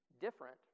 different